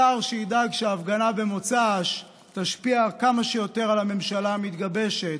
שר שידאג שההפגנה במוצ"ש תשפיע כמה שיותר על הממשלה המתגבשת,